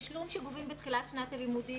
תשלום שגובים בתחילת שנת הלימודים